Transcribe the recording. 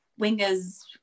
wingers